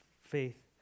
faith